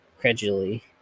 credulity